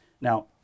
Now